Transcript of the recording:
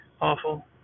awful